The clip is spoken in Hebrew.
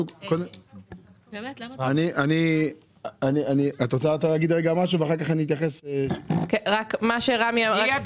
אני מאגף תקציבים, משרד